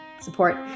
support